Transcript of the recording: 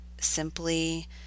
simply